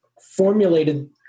formulated